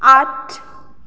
आठ